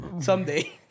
Someday